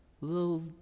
little